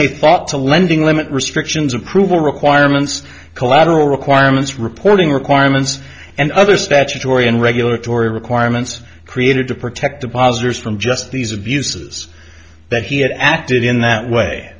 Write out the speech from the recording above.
any thought to lending limit restrictions approval requirements collateral requirements reporting requirements and other statutory and regulatory requirements created to protect the pozieres from just these abuses but he had acted in that way